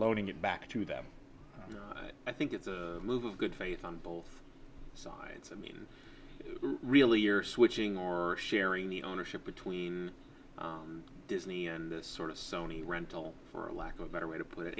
loaning it back to them i think it's a move of good faith on both sides i mean really you're switching or sharing the ownership between disney and the sort of sony rental for lack of a better way to put it